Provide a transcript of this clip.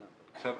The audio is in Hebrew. עכשיו,